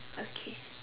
okay